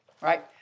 right